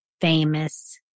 famous